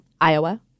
Iowa—